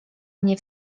mnie